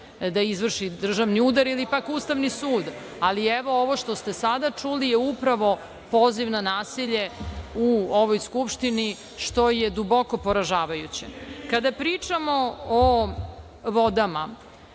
da izvrši državni udar ili pak Ustavni sud. Ali, evo ovo što ste sada čuli je upravo poziv na nasilje u ovoj Skupštini, što je duboko poražavajuće. Kada pričamo o vodama,